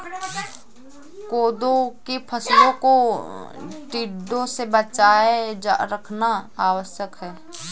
कोदो की फसलों को टिड्डों से बचाए रखना आवश्यक है